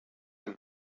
and